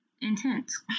intense